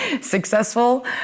successful